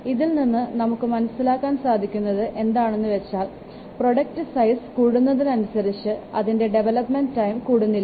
ഇതിൽ നിന്ന് നമുക്ക് മനസ്സിലാക്കാൻ സാധിക്കുന്നത് എന്താണെന്നുവെച്ചാൽ പ്രോഡക്റ്റ് സൈസ് കൂടുന്നതനുസരിച്ച് അതിൻറെ ഡെവലപ്മെൻറ് ടൈം കൂടുന്നില്ല